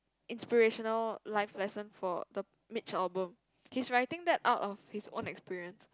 inspirational life lesson for the Mitch-Albom he's writing that out of his own experience